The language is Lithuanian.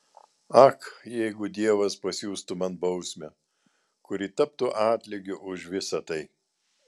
ak jeigu dievas pasiųstų man bausmę kuri taptų atlygiu už visa tai